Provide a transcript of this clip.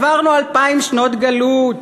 עברנו אלפיים שנות גלות,